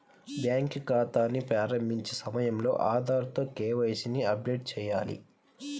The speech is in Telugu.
బ్యాంకు ఖాతాని ప్రారంభించే సమయంలో ఆధార్ తో కే.వై.సీ ని అప్డేట్ చేయాలి